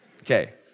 Okay